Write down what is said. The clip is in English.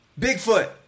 Bigfoot